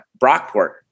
Brockport